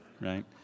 right